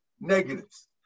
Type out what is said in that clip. negatives